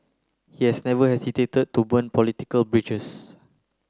he has never hesitated to burn political bridges